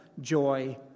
joy